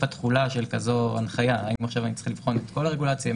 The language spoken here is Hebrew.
התחולה של כזאת הנחיה האם עכשיו צריך לבחון את כל הרגולציה?